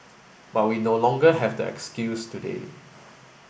but we no longer have that excuse today